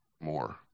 more